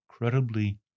Incredibly